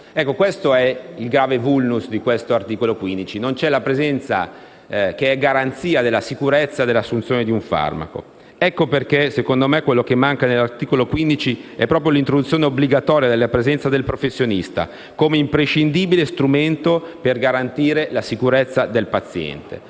Questo è il grave *vulnus* dell'articolo 15: non è prevista una presenza, che è garanzia della sicurezza dell'assunzione di un farmaco. Per questo, secondo me, quello che manca nell'articolo 15 è proprio l'introduzione obbligatoria della presenza del professionista come imprescindibile strumento per garantire la sicurezza del paziente.